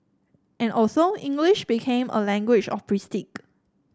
and so English became a language of prestige